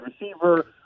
receiver